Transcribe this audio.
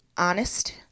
honest